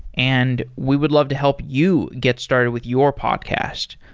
and we would love to help you get started with your podcast.